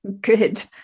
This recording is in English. good